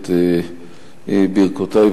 את ברכותי,